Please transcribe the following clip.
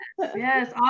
Yes